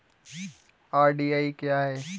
RD क्या है?